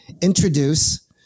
introduce